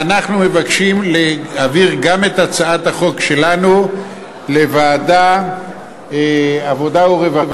ואנחנו מבקשים להעביר גם את הצעת החוק שלנו לוועדת העבודה והרווחה.